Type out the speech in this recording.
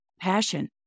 passion